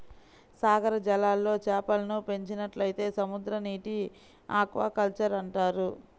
సాగర జలాల్లో చేపలను పెంచినట్లయితే సముద్రనీటి ఆక్వాకల్చర్ అంటారు